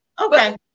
Okay